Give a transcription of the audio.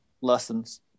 Lessons